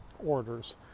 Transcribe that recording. orders